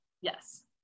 Yes